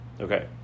Okay